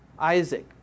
Isaac